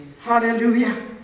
Hallelujah